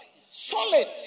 Solid